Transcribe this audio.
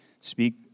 speak